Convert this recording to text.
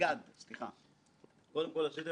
אני יכול להזכיר נושאים אבל אין לנו זמן פה.